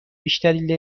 بیشتری